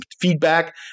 feedback